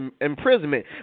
imprisonment